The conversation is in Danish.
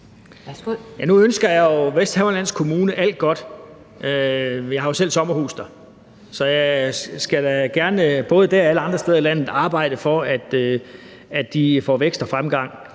Nu ønsker jeg jo Vesthimmerlands Kommune alt godt. Jeg har jo selv sommerhus der, så jeg skal da gerne både der og alle andre steder i landet arbejde for, at de får vækst og fremgang.